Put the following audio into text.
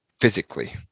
physically